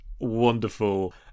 wonderful